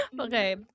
Okay